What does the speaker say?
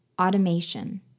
automation